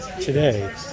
Today